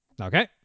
Okay